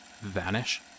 vanish